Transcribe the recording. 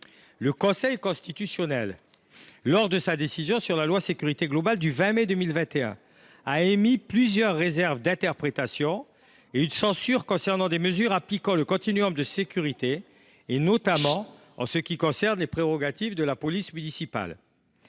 Le Conseil constitutionnel, dans sa décision du 20 mai 2021 sur la loi Sécurité globale, a émis plusieurs réserves d’interprétation et une censure concernant des mesures appliquant le continuum de sécurité, notamment en ce qui concerne les prérogatives de la police municipale.